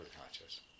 conscious